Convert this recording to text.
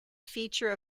feature